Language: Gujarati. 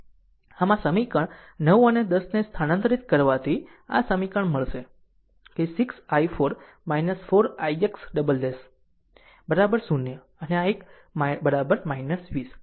આમ આ સમીકરણ 9 અને 10 ને સ્થાનાંતરિત કરવાથી આ સમીકરણ મળશે કે 6 i4 4 ix ' 0 અને આ એક 20